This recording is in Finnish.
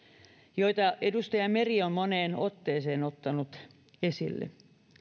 joita edustaja meri on moneen otteeseen ottanut esille